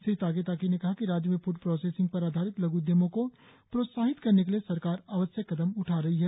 श्री तागे ताकी ने कहा कि राज्य में फ्ड प्रोसेसिंग पर आधारित लघ् उद्यमों को प्रोत्साहित करने के लिए सरकार आवश्यक कदम उठा रही है